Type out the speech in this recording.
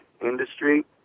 industry